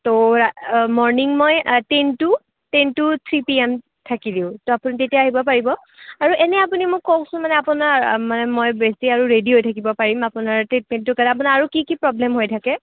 তো মৰ্ণিং মই ten to ten to three P M থাকি দিওঁ তো আপুনি তেতিয়া আহিব পাৰিব আৰু এনেই আপুনি মোক কওকচোন মানে আপোনাৰ মানে মই বেছি আৰু ৰেডি হৈ থাকিব পাৰিম আপোনাৰ ট্ৰিটমেণ্টৰ কাৰণে আপোনাৰ আৰু কি কি প্ৰব্লেম হৈ থাকে